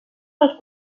els